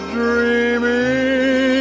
dreaming